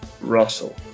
Russell